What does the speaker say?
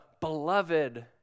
beloved